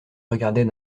regardait